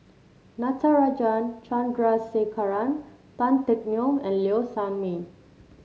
Natarajan Chandrasekaran Tan Teck Neo and Low Sanmay